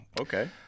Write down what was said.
okay